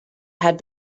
had